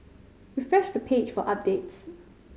refresh the page for updates